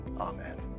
Amen